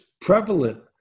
prevalent